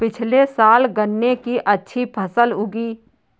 पिछले साल गन्ने की अच्छी फसल उगी